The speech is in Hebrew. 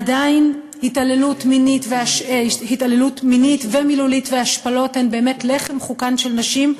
עדיין התעללות מינית ומילולית והשפלות הן לחם חוקן של נשים.